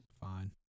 Fine